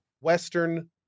western